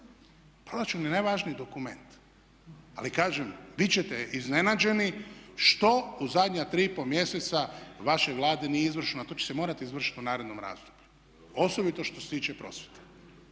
Proračun je najvažniji dokument. Ali kažem bit ćete iznenađeni što u zadnja 3,5 mjeseca vaše Vlade nije izvršeno, a to će se morati izvršiti u narednom razdoblju osobito što se tiče prosvjete.